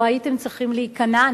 לא הייתם צריכים להיכנע.